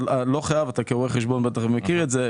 אתה כרואה חשבון בטח מכיר את זה,